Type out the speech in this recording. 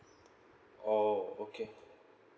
oh okay